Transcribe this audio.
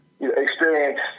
Experience